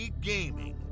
Gaming